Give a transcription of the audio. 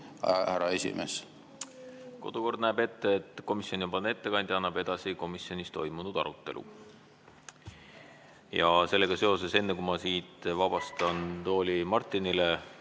tuli? Kodukord näeb ette, et komisjonipoolne ettekandja annab edasi komisjonis toimunud arutelu. Ja sellega seoses enne, kui ma siin vabastan tooli Martinile,